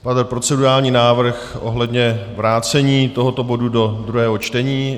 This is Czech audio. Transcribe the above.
Padl procedurální návrh ohledně vrácení tohoto bodu do druhého čtení.